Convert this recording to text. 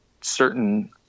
certain